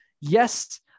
yes